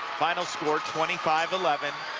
final score twenty five eleven,